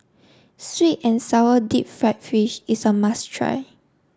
Sweet and Sour Deep Fried Fish is a must try